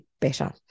better